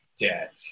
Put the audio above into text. debt